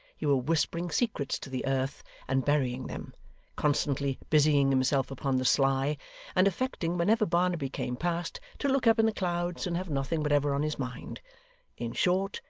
he were whispering secrets to the earth and burying them constantly busying himself upon the sly and affecting, whenever barnaby came past, to look up in the clouds and have nothing whatever on his mind in short,